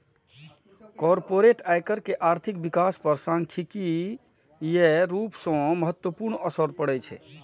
corporate आयकर के आर्थिक विकास पर सांख्यिकीय रूप सं महत्वपूर्ण असर पड़ै छै